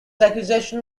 accusation